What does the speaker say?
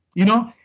you know?